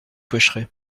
pêcherez